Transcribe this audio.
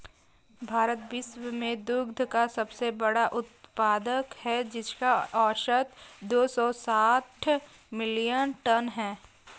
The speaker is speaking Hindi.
भारत विश्व में दुग्ध का सबसे बड़ा उत्पादक है, जिसका औसत दो सौ साठ मिलियन टन है